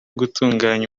gutunganya